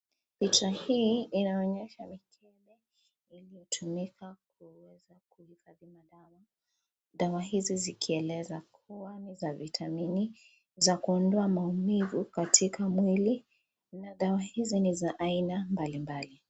Picha hii inaonyesha iliyotumika dawa hizi zikieleza kuwa ni za vitamini zakuondoa maumivu katika mwili na dawa hizi ni haina za mbali mbali